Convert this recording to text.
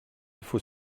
faut